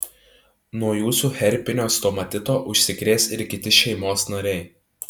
nuo jūsų herpinio stomatito užsikrės ir kiti šeimos nariai